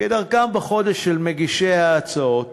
כדרכם בקודש של מגישי ההצעות